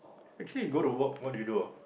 actually you go to work what do you do ah